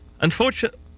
Unfortunately